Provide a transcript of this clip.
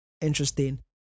interesting